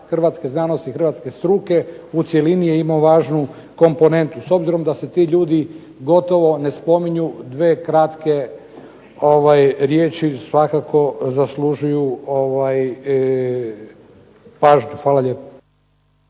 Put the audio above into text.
hrvatske znanosti i hrvatske struke u cjelini je imao važnu komponentu. S obzirom da se ti ljudi gotovo ne spominju dvije kratke riječi svakako zaslužuju pažnju. Hvala lijepo.